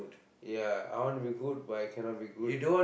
ya I want to be good but I cannot be good